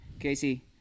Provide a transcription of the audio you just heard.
Casey